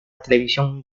televisión